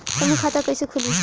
समूह खाता कैसे खुली?